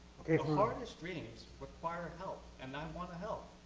hardest dreams require help and i want to help.